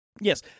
Yes